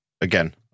Again